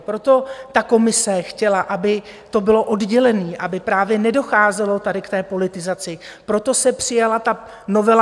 Proto Komise chtěla, aby to bylo oddělené, aby právě nedocházelo tady k té politizaci, proto se přijala ta novela.